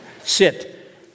Sit